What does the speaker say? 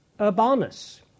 Urbanus